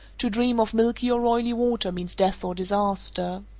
to dream of milky or roily water means death or disaster.